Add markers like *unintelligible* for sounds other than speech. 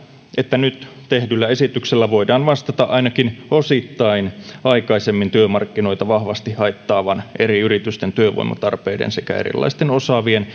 että nyt tehdyllä esityksellä voidaan vastata ainakin osittain aikaisemmin työmarkkinoita vahvasti haittaavaan eri yritysten työvoimatarpeiden sekä erilaisten osaavien *unintelligible*